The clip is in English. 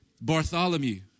Bartholomew